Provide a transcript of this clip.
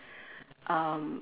um